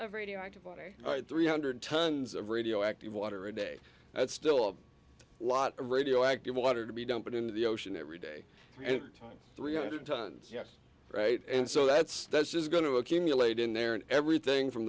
of radioactivity three hundred tons of radioactive water a day that's still a lot of radioactive water to be dumped into the ocean every day time three hundred tons yes right and so that's that's just going to accumulate in there and everything from